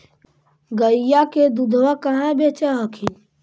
गईया के दूधबा कहा बेच हखिन?